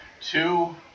Two